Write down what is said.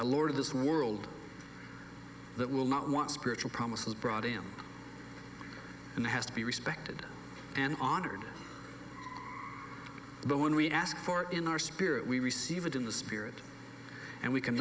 a lot of this world that will not want spiritual promises brought him and has to be respected and honored but when we ask for in our spirit we receive it in the spirit and we can